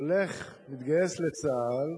הולך ומתגייס לצה"ל,